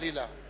חלילה.